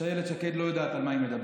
היא שאילת שקד לא יודעת על מה היא מדברת.